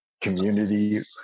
community